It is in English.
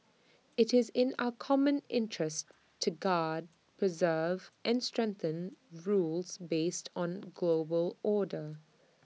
IT is in our common interest to guard preserve and strengthen rules based on global order